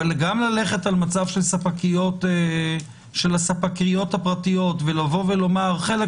אבל גם ללכת על מצב של הספקיות הפרטיות ולבוא ולומר שחלק